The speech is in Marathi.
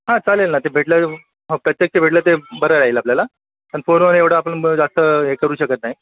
हां चालेल ना ते भेटलं मग प्रत्यक्ष भेटले ते बरं राहील आपल्याला कारण पोरं हे एवढं आपण जास्त हे करू शकत नाही